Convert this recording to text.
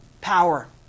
power